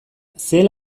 zer